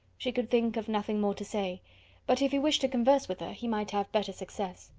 she could think of nothing more to say but if he wished to converse with her, he might have better success.